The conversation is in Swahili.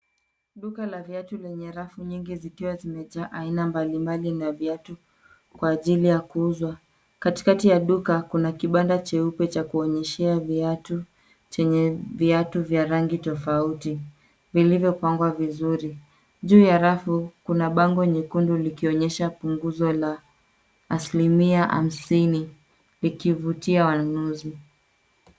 Duka la viatu lenye rafu nyingi, zikiwa zimejaa aina mbalimbali za viatu kwa ajili ya kuuzwa. Katikati ya duka, kuna kibanda cheupe cha kuonyesha viatu, chenye viatu vya rangi tofauti, vilivyopangwa vizuri. Juu ya rafu, kuna bango jekundu likionyesha punguzo la asilimia hamsini, likivutia wanunuzi.